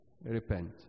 repent